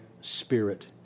spirit